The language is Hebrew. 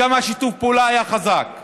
וכמה שיתוף הפעולה היה חזק,